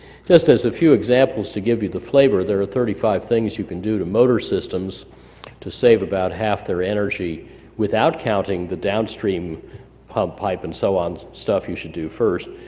just as a few examples to give you the flavor there are thirty five things you can do to motor systems to save about half their energy without counting the downstream pump, pipe and so on, stuff you should do first.